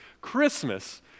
Christmas